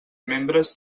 membres